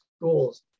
schools